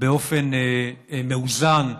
באופן מאוזן,